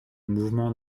mouvement